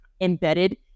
embedded